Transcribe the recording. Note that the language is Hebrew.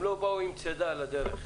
הם לא באו עם צידה לדרך.